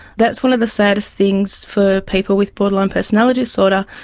that's one of the saddest things for people with borderline personality disorder,